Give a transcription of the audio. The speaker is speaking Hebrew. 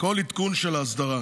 כל עדכון של האסדרה,